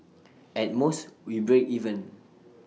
at most we break even